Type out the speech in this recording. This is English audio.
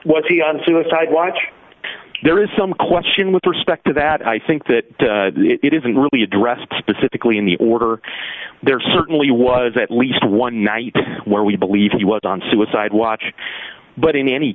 as he on suicide watch there is some question with respect to that i think that it isn't really addressed specifically in the order there certainly was at least one night where we believe he was on suicide watch but in any